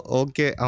okay